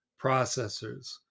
processors